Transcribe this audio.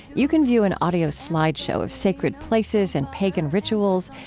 you can view an audio slide show of sacred places and pagan rituals,